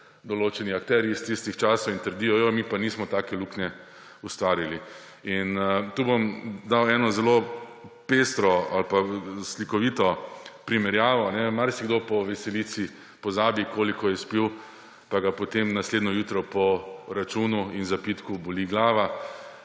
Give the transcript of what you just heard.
določeni akterji iz tistih časov in trdijo, ja, mi pa nismo take luknje ustvarili. Tu bom dal eno zelo slikovito primerjavo − marsikdo po veselici pozabi, koliko je spil, pa ga potem naslednje jutro po računu in zapitku boli glava